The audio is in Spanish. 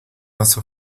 hace